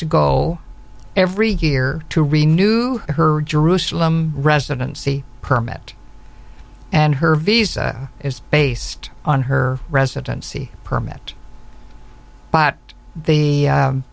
to go every year to renu her jerusalem residency permit and her visa is based on her residency permit but the